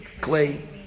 clay